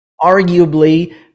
arguably